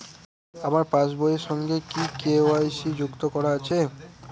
আমার পাসবই এর সঙ্গে কি কে.ওয়াই.সি যুক্ত করা আছে?